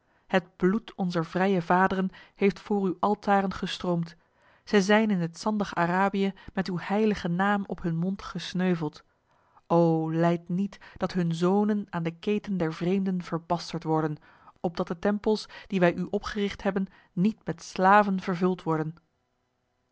het bloed onzer vrije vaderen heeft voor uw altaren gestroomd zij zijn in het zandig arabië met uw heilige naam op hun mond gesneuveld o lijd niet dat hun zonen aan de keten der vreemden verbasterd worden opdat de tempels die wij u opgericht hebben niet met slaven vervuld worden